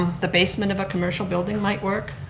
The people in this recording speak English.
the basement of a commercial building might work,